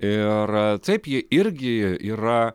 ir taip ji irgi yra